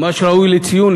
ממש ראוי לציון,